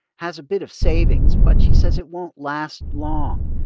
has a bit of savings, but she says it won't last long.